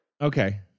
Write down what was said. Okay